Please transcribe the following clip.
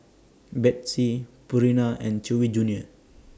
Betsy Purina and Chewy Junior